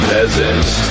Peasants